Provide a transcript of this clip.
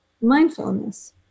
mindfulness